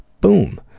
boom